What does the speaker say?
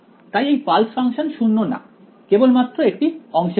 তাই এই pulse function শূন্য নয় কেবলমাত্র একটি অংশের উপর